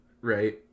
Right